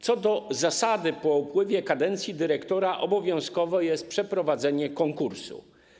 Co do zasady po upływie kadencji dyrektora obowiązkowe jest przeprowadzenie konkursu.